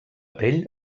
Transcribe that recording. pell